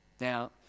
now